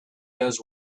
does